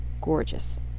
Gorgeous